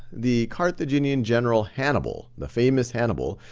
the carthaginian general hannibal, the famous hannibal,